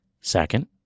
Second